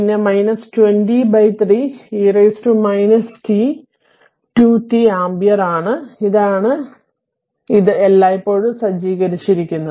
പിന്നെ 203 e t 2 t ampere ഇതാണ് ഇത് എല്ലായ്പ്പോഴും സജ്ജീകരിച്ചിരിക്കുന്നത്